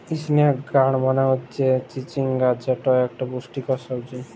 ইসনেক গাড় মালে হচ্যে চিচিঙ্গা যেট ইকট পুষ্টিকর সবজি